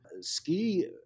ski